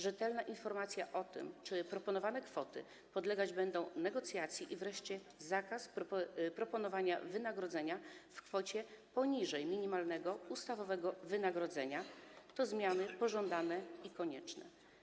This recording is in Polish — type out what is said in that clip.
Rzetelna informacja o tym, czy proponowane kwoty podlegać będą negocjacji, i wreszcie zakaz proponowania wynagrodzenia w kwocie poniżej minimalnego ustawowego wynagrodzenia to zmiany pożądane i konieczne.